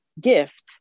gift